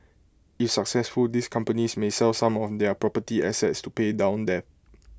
if successful these companies may sell some of their property assets to pay down debt